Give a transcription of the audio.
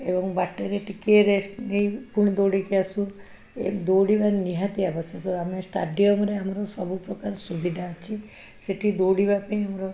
ଏବଂ ବାଟରେ ଟିକେ ରେଷ୍ଟ ନେଇ ପୁଣି ଦୌଡ଼ି କି ଆସୁ ଦୌଡ଼ିବା ନିହାତି ଆବଶ୍ୟକ ଆମେ ଷ୍ଟାଡ଼ିୟମରେ ଆମର ସବୁପ୍ରକାର ସୁବିଧା ଅଛି ସେଠି ଦୌଡ଼ିବା ପାଇଁ ଆମର